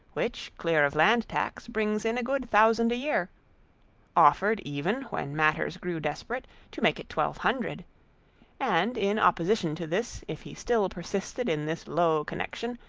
which, clear of land-tax, brings in a good thousand a-year offered even, when matters grew desperate, to make it twelve hundred and in opposition to this, if he still persisted in this low connection,